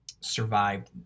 survived